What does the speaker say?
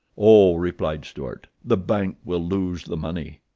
oh, replied stuart, the bank will lose the money.